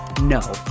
no